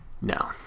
No